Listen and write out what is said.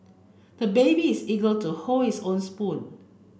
the baby is eager to hold its own spoon